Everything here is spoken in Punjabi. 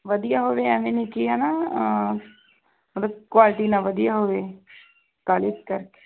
ਵਧੀਆ ਹੋਵੇ ਐਵੇਂ ਨਹੀਂ ਕਿ ਹੈ ਨਾ ਮਤਲਬ ਕੁਆਲਿਟੀ ਨਾ ਵਧੀਆ ਹੋਵੇ ਕਾਹਲੀ ਕਰਕੇ